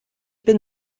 bin